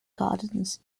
gardens